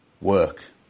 Work